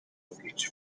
mortgage